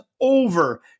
over